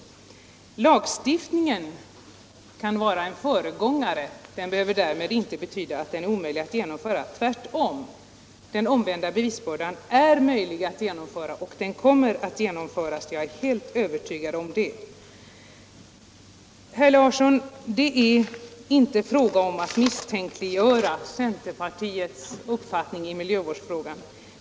Lagstiftningen kan vara en föregångare. Det behöver inte betyda att den är omöjlig att genomföra. Tvärtom är den omvända bevisbördan möjlig att genomföra, och den kommer att genomföras. Jag är helt övertygad om detta. Det är inte fråga om att misstänkliggöra centerpartiets uppfattning i miljövårdsfrågan, herr Larsson.